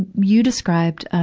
you described,